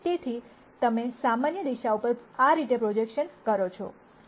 તેથી તમે સામાન્ય દિશાઓ પર આ રીતે પ્રોજેક્શન કરો છો